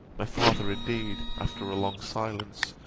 my father indeed, after a long silence,